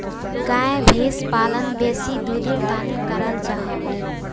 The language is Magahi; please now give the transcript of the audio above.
गाय भैंस पालन बेसी दुधेर तंर कराल जाहा